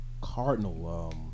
Cardinal